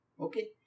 Okay